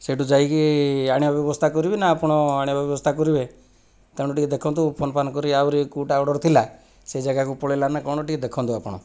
ସେହି ଠାରୁ ଯାଇକି ଆଣିବା ବ୍ୟବସ୍ଥା କରିବି ନା ଆପଣ ଆଣିଆ ବ୍ୟବସ୍ଥା କରିବେ ତେଣୁ ଟିକିଏ ଦେଖନ୍ତୁ ଫୋନ ଫାନ କରି ଆହୁରି କେଉଁଟା ଅର୍ଡ଼ର ଥିଲା ସେ ଜାଗାକୁ ପଳେଇଲା ନା କ'ଣ ଟିକିଏ ଦେଖନ୍ତୁ ଆପଣ